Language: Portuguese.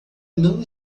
não